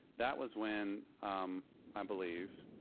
that was when, um i believe